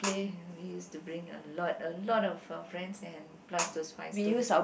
ya we used to bring a lot a lot of our friends and plus the five stones